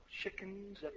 chickens